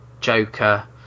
Joker